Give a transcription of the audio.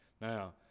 Now